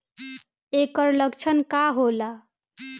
ऐकर लक्षण का होला?